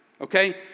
Okay